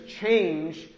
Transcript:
change